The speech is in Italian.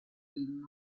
team